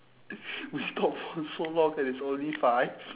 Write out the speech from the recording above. we talked for so long and it's only five